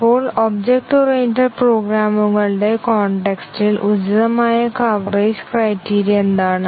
അപ്പോൾ object oriented പ്രോഗ്രാമുകളുടെ context ഇൽ ഉചിതമായ കവറേജ് ക്രൈറ്റീരിയ എന്താണ്